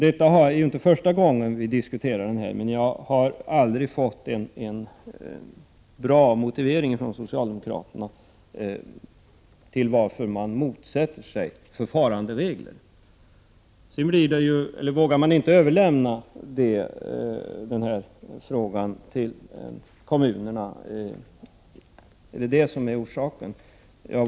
Detta är inte första gången som vi diskuterar den här frågan, men jag har aldrig fått en bra motivering från socialdemokraterna till att de motsätter sig förfaranderegler. Är orsaken den att man inte vågar överlämna den här frågan till kommunerna?